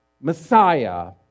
Messiah